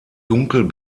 dunkel